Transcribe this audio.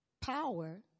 power